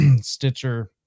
stitcher